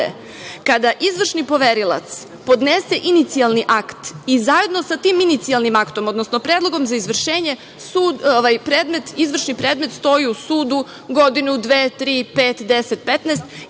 kada izvršni poverilac podnese inicijalni akt i zajedno sa tim inicijalnim aktom, odnosno predlogom za izvršenje izvršni predmet stoji u sudu godinu, dve, tri, pet, 10, 15